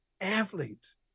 athletes